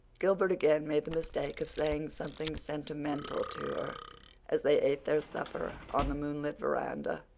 gilbert again made the mistake of saying something sentimental to her as they ate their supper on the moonlit verandah